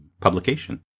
publication